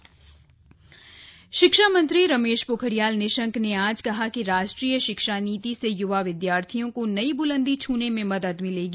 शिक्षा नीति शिक्षा मंत्री रमेश पोखरियाल निशंक ने आज कहा कि राष्ट्रीय शिक्षा नीति से युवा विद्यार्थियों को नई ब्लंदी छूने में मदद मिलेगी